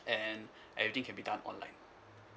and everything can be done online